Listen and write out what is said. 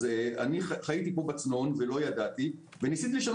אני חייתי פה בצנון ולא ידעתי וניסיתי לשנות